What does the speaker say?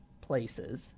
places